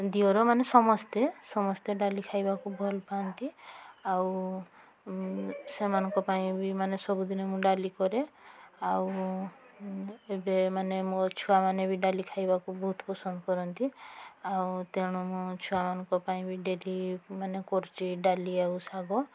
ଦିଅରମାନେ ସମସ୍ତେ ସମସ୍ତେ ଡାଲି ଖାଇବାକୁ ଭଲପାଆନ୍ତି ଆଉ ସେମାନଙ୍କ ପାଇଁ ବି ମାନେ ସବୁଦିନେ ମୁଁ ଡାଲି କରେ ଆଉ ଏବେ ମାନେ ମୋ ଛୁଆମାନେ ବି ଡାଲି ଖାଇବାକୁ ବହୁତ ପସନ୍ଦ କରନ୍ତି ଆଉ ତେଣୁ ମୁଁ ଛୁଆମାନଙ୍କ ପାଇଁ ବି ଡେଲି ମାନେ କରୁଛି ଡାଲି ଆଉ ଶାଗ